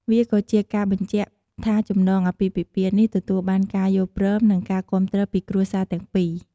វាក៏ជាការបញ្ជាក់ថាចំណងអាពាហ៍ពិពាហ៍នេះទទួលបានការយល់ព្រម និងការគាំទ្រពីគ្រួសារទាំងពីរ។